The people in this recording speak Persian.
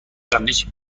قبلیش